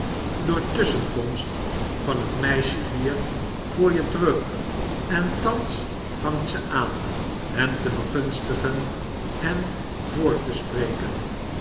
door tusschenkomst van het meisje hier voor je terug en thans vangt ze aan hem te begunstigen en voor te spreken